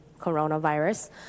coronavirus